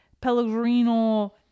Pellegrino